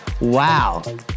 Wow